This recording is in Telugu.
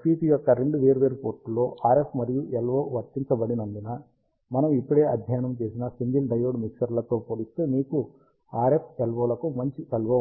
FET యొక్క రెండు వేర్వేరు పోర్టులలో RF మరియు LO వర్తించబడినందున మనము ఇప్పుడే అధ్యయనం చేసిన సింగిల్ డయోడ్ మిక్సర్లతో పోలిస్తే మీకు RF LO కు మంచి LO ఉంది